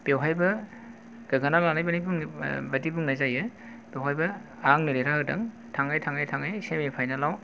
बेवहायबो गोग्गाना लानाय बादि बुंनाय जायो बेवहायबो आंनो देरहाहोदों थाङै थाङै थाङै सेमि फाइनेल आव